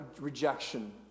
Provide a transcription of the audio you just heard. rejection